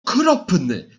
okropny